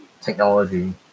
technology